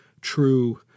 true